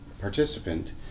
participant